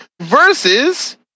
versus